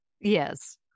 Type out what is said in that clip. Yes